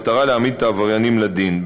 במטרה להעמיד את העבריינים לדין.